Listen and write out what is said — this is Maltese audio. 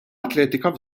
atletika